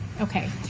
Okay